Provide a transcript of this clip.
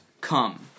come